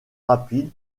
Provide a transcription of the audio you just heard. rapide